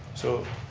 so,